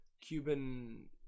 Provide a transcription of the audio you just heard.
Cuban